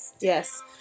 Yes